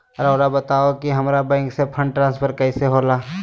राउआ बताओ कि हामारा बैंक से फंड ट्रांसफर कैसे होला?